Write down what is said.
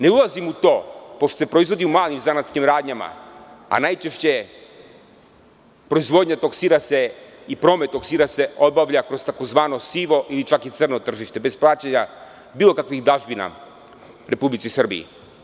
Ne ulazim u to, pošto se proizvodi u malim zanatskim radnjama, a najčešće proizvodnja i promet tog sira se obavlja kroz tzv. sivo ili čak i crno tržište, bez plaćanja bilo kakvih dažbina Republici Srbiji.